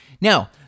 Now